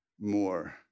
more